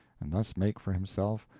and thus make for himself